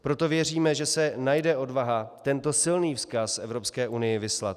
Proto věříme, že se najde odvaha tento silný vzkaz Evropské unii vyslat.